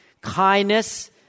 kindness